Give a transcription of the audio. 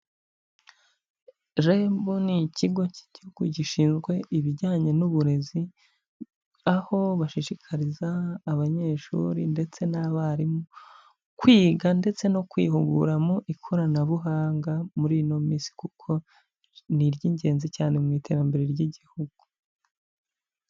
REB ni ikigo cy'igihugu gishinzwe ibijyanye n'uburezi aho bashishikariza abanyeshuri ndetse n'abarimu kwiga ndetse no kwihugura mu ikoranabuhanga muri ino minsi kuko ni iry'ingenzi cyane mu iterambere ry'igihugu.